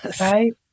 Right